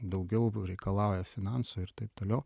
daugiau reikalauja finansų ir taip toliau